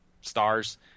stars